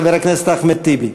חבר הכנסת אחמד טיבי.